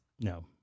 no